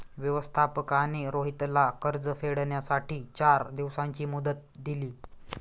व्यवस्थापकाने रोहितला कर्ज फेडण्यासाठी चार दिवसांची मुदत दिली